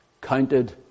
counted